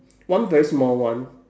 one very small one